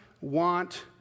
want